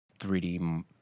3d